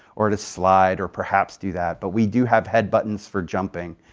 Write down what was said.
or to slide or perhaps do that, but we do have head buttons for jumping,